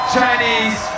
Chinese